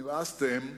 נמאסתם",